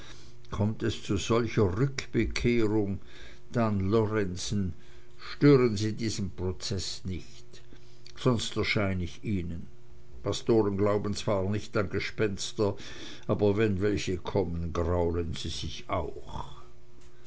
kommt es zu solcher rückbekehrung dann lorenzen stören sie diesen prozeß nicht sonst erschein ich ihnen pastoren glauben zwar nicht an gespenster aber wenn welche kommen graulen sie sich auch